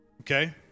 Okay